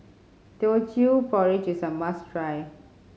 Teochew Porridge is a must try